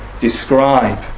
describe